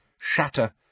shatter